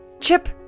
Chip